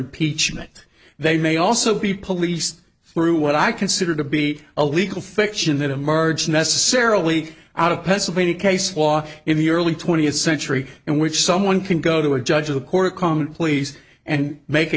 impeachment they may also be policed through what i consider to be a legal fiction that emerged necessarily out of pennsylvania case law in the early twentieth century and which someone can go to a judge of the court of common pleas and make